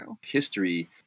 history